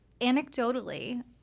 anecdotally